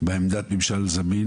עמדת ממשל זמין